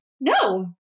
No